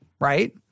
right